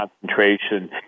concentration